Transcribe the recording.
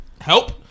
help